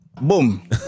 Boom